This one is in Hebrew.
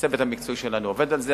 הצוות המקצועי שלנו עובד על זה,